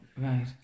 Right